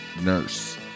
nurse